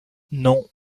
non